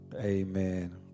Amen